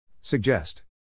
Suggest